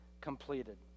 completed